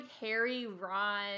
Harry-Ron